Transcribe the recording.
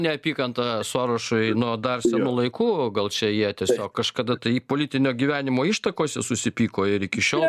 neapykanta sorošui nuo dar senų laikų gal čia jie tiesiog kažkada tai politinio gyvenimo ištakose susipyko ir iki šiol